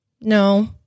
no